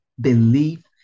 belief